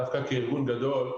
דווקא כארגון גדול,